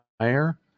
higher